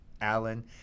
Alan